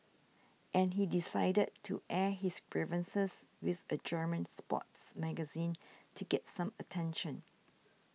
and he decided to air his grievances with a German sports magazine to get some attention